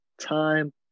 time